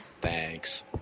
Thanks